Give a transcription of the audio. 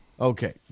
Okay